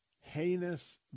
heinous